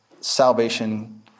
Salvation